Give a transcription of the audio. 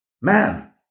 man